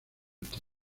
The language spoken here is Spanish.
total